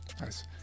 Nice